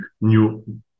new